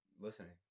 listening